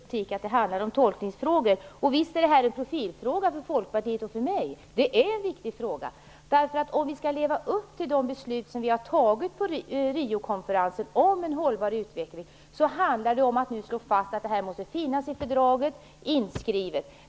Fru talman! I politiken handlar det om tolkningsfrågor. Och visst är det här en profilfråga för Folkpartiet och för mig. Det är en viktig fråga. Om vi skall leva upp till de beslut som vi fattade på Riokonferensen om en hållbar utveckling, handlar det om att nu slå fast att detta måste finnas inskrivet i fördraget.